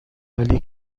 ولی